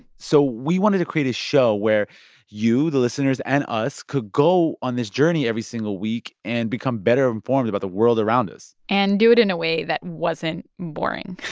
so we wanted to create a show where you, the listeners, and us could go on this journey every single week and become better informed about the world around us and do it in a way that wasn't boring.